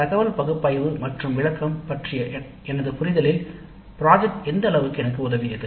தரவு பகுப்பாய்வு மற்றும் விளக்கம் இன்றைய எனது புரிதலில் திட்டப்பணி எந்த அளவிற்கு எனக்கு உதவியது